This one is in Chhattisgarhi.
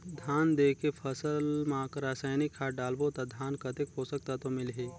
धान देंके फसल मा रसायनिक खाद डालबो ता धान कतेक पोषक तत्व मिलही?